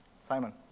Simon